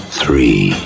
three